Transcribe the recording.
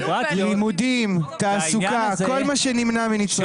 לימודים, תעסוקה, כל מה שנמנע מנצרך.